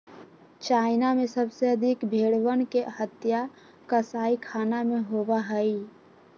China में सबसे अधिक भेंड़वन के हत्या कसाईखाना में होबा हई